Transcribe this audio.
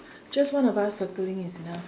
just one of us circling is enough